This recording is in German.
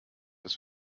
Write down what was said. dass